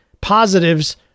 positives